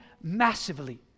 massively